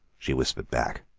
she whispered back.